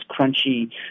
crunchy